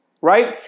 right